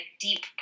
deep